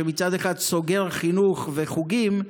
שמצד אחד סוגר חינוך וחוגים,